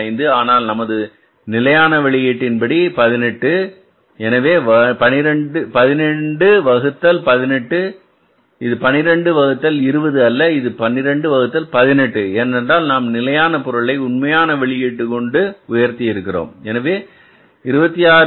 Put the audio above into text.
5 ஆனால் நமது நிலையான வெளியீட்டின் படி அது 18 எனவே 12 வகுத்தல் 18 இது 12 வகுத்தல் 20 அல்ல இது 12 வகுத்தல் 18 ஏனென்றால் நாம் நிலையான பொருளை உண்மையான வெளியீட்டு கொண்டு உயர்த்தி இருக்கிறோம் எனவே 26